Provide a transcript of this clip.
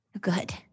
Good